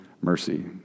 mercy